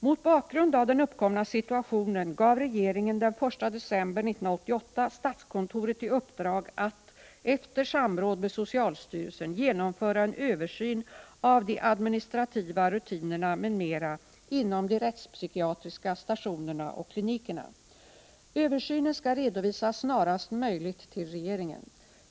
Mot bakgrund av den uppkomna situationen gav regeringen den 1 december 1988 statskontoret i uppdrag att — efter samråd med socialstyrelsen — genomföra en översyn av de administrativa rutinerna m.m. inom de rättspsykiatriska stationerna och klinikerna. Översynen skall redovisas snarast möjligt till regeringen.